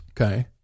Okay